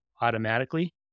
automatically